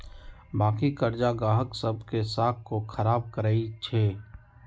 बाँकी करजा गाहक सभ के साख को खराब करइ छै